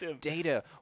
Data